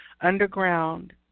underground